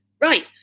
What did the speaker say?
right